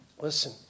listen